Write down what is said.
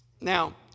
Now